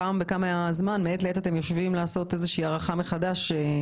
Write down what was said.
פעם בכמה זמן אתם יושבים לעשות איזושהי הערכת מחודשת.